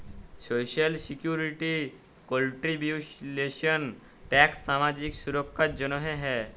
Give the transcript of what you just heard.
social security contributions tax সামাজিক সুরক্ষার জ্যনহে হ্যয়